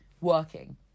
working